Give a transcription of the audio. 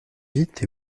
vite